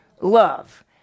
love